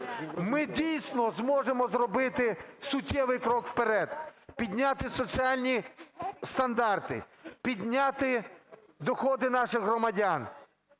ми, дійсно, зможемо зробити суттєвий крок вперед, підняти соціальні стандарти, підняти доходи наших громадян,